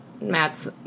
Matt's